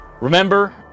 Remember